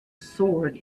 sword